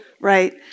right